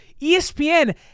ESPN